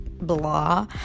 blah